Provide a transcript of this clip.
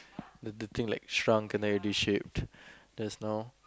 the the thing like shrunk then you re-shaped just now